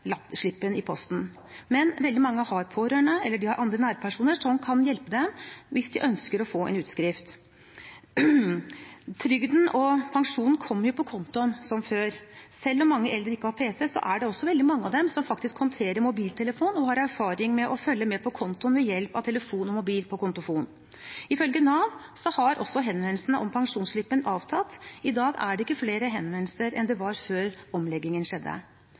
slippen i posten, men veldig mange har pårørende eller andre nærpersoner som kan hjelpe dem hvis de ønsker å få en utskrift. Trygden og pensjonen kommer på kontoen som før. Selv om mange eldre ikke har pc, er det også veldig mange av dem som faktisk håndterer mobiltelefon og har erfaring med å følge med på kontoen ved hjelp av telefon og mobil, på kontofon. Ifølge Nav har også henvendelser om pensjonsslippen avtatt. I dag er det ikke flere henvendelser enn før omleggingen skjedde.